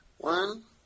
One